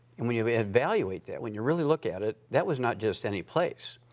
and when you but evaluate that, when you really look at it, that was not just any place.